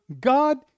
God